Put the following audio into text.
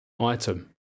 item